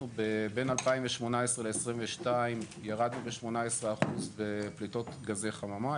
אנחנו בין 2018 ל-2022 ירדנו ב-18% בפליטות גזי חממה.